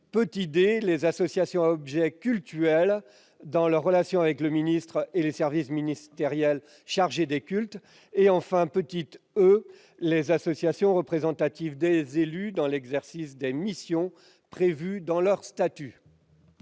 d) les associations à objet cultuel, dans leurs relations avec le ministre et les services ministériels chargés des cultes »;« e) les associations représentatives des élus dans l'exercice des missions prévues dans leurs statuts